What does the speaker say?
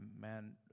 Man